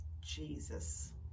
Jesus